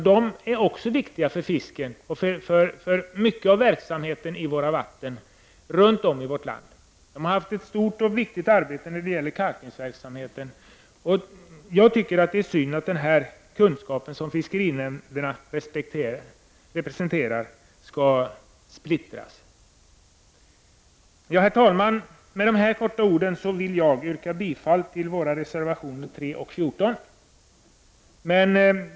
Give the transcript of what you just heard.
De är också viktiga för fisket och för mycket av verksamheten i vattnen runt om i vårt land. De har gjort ett stort och viktigt arbete när det gäller kalkningen. Jag tycker att det är synd att den kunskap som fiskerinämnderna representerar skall splittras. Herr talman! Med dessa ord i all korthet vill jag yrka bifall till våra reservationer 3 och 14.